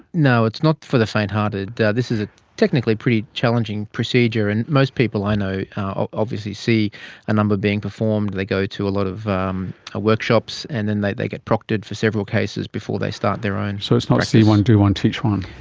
no, it's not for the faint hearted. this is ah technically a pretty challenging procedure, and most people i know obviously see a number being performed and they go to a lot of um workshops and then they they get proctored for several cases before they start their own. so it's not see one, do one, teach one'?